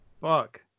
Fuck